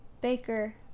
baker